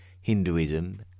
Hinduism